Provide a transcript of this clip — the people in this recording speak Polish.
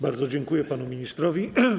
Bardzo dziękuję panu ministrowi.